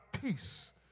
peace